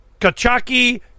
Kachaki